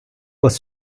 was